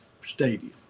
stadium